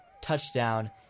touchdown